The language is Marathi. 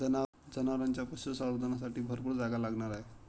जनावरांच्या पशुसंवर्धनासाठी भरपूर जागा लागणार आहे